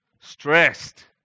Stressed